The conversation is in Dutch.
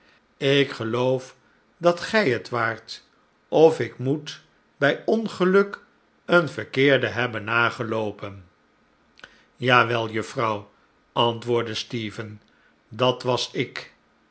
ik geloof dat gij het waart of ik moet bij ongeluk een verkeerden hebben nageloopen ja wel juffrouw antwoordde stephen dat was ik